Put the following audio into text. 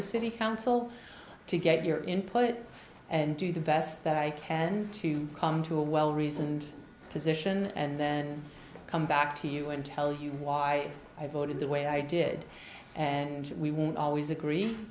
the city council to get your input and do the best that i can to come to a well reasoned position and then come back to you and tell you why i voted the way i did and we won't always agree